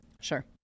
sure